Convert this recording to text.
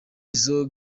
izo